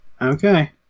Okay